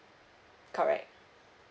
correct